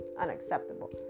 unacceptable